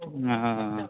हँ